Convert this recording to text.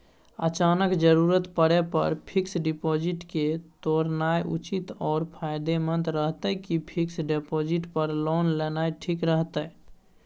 अचानक जरूरत परै पर फीक्स डिपॉजिट के तोरनाय उचित आरो फायदामंद रहतै कि फिक्स डिपॉजिट पर लोन लेनाय ठीक रहतै?